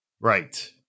Right